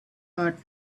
but